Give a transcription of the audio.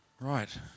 Right